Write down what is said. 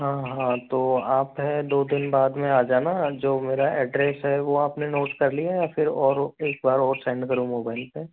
हाँ हाँ तो आप है दो दिन बाद में आ जाना जो मेरा एड्रेस है वो आपने नोट कर लिया फिर और एक बार और सेंड करूँ मोबाइल पे